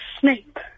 Snape